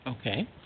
Okay